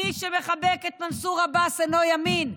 מי שמחבק את מנסור עבאס אינו ימין.